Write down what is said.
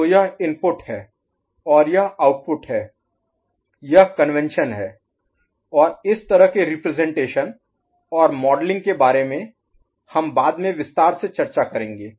तो यह इनपुट है और यह आउटपुट है यह कन्वेंशन है और इस तरह के रिप्रजेंटेशन और मॉडलिंग के बारे में हम बाद में विस्तार से चर्चा करेंगे